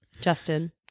Justin